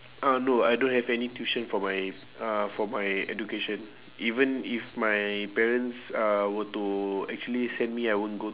uh no I don't have any tuition for my uh for my education even if my parents uh were to actually send me I won't go